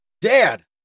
Dad